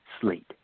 slate